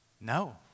no